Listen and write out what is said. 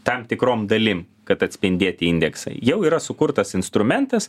tam tikrom dalim kad atspindėti indeksą jau yra sukurtas instrumentas